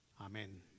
Amen